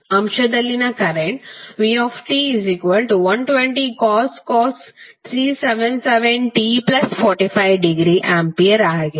ಅಂಶದಲ್ಲಿನ current vt120cos 377t45° ampere ಆಗಿದೆ